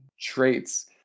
traits